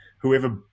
whoever